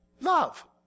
Love